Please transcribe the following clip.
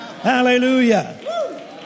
Hallelujah